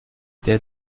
der